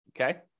okay